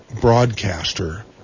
broadcaster